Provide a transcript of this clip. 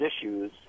issues